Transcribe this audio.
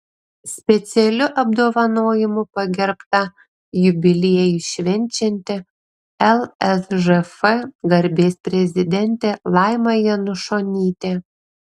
specialiu apdovanojimu pagerbta jubiliejų švenčianti lsžf garbės prezidentė laima janušonytė